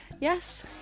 yes